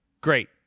Great